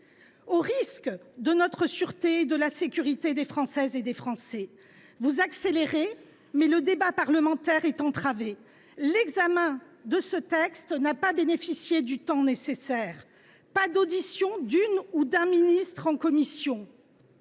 compromettre notre sûreté et la sécurité des Françaises et des Français. Vous accélérez, mais le débat parlementaire est entravé. L’examen de ce texte n’a pas bénéficié du temps nécessaire, aucun ministre n’a été auditionné en commission,